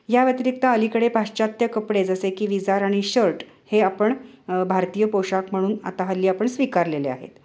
याव्यतिरिक्त अलीकडे पाश्चात्य कपडे जसे की विजार आणि शर्ट हे आपण भारतीय पोषाख म्हणून आता हल्ली आपण स्वीकारलेले आहेत